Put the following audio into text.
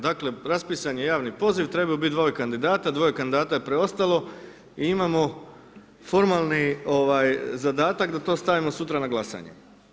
Dakle, raspisan je javni poziv, trebalo bi biti 2 kandidata, 2 kandidata je preostalo i imamo formalni zadatak da to stavimo sutra na glasanje.